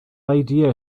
idea